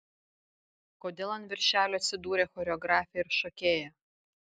kodėl ant viršelio atsidūrė choreografė ir šokėja